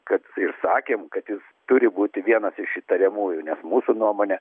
kad ir sakėm kad jis turi būti vienas iš įtariamųjų nes mūsų nuomone